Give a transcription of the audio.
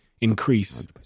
increase